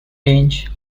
range